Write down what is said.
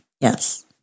Yes